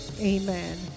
amen